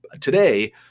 today